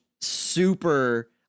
super